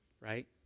right